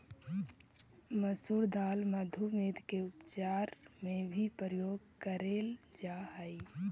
मसूर दाल मधुमेह के उपचार में भी प्रयोग करेल जा हई